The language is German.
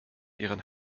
ihren